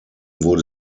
wurde